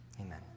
Amen